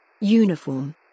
Uniform